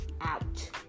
out